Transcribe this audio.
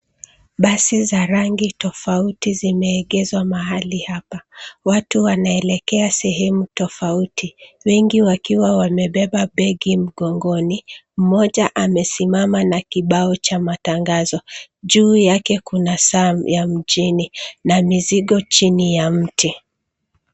Basi za rangi tofauti zimeegeshwa mahali hapa. Watu wanaelekea sehemu tofauti, wengi wakiwa wamebeba begi mgongoni. Mmoja amesimama na kibao cha matangazo, juu yake kuna saa ya mjini na mizigo chini ya mti.